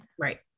Right